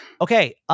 Okay